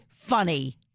funny